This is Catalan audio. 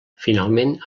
finalment